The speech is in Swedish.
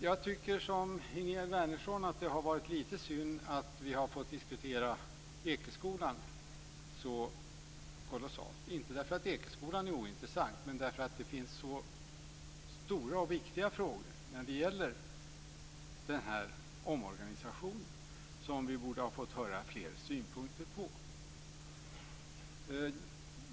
Jag tycker, precis som Ingegerd Wärnersson, att det är lite synd att vi har fått diskutera Ekeskolan så mycket. Det är inte för att Ekeskolan är ointressant, men därför att det finns så stora och viktiga frågor i omorganisationen som vi borde ha fått höra fler synpunkter på.